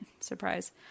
surprise